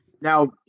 now